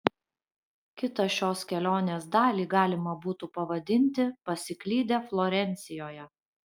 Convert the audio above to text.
kitą šios kelionės dalį galima būtų pavadinti pasiklydę florencijoje